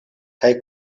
kaj